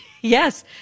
Yes